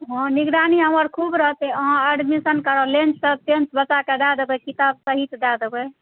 हँ निगरानी हमर खूब रहतै अहाँ एडमिशन कराउ लँच सभ बच्चाकेँ दए देबै किताब सहीसँ दए देबै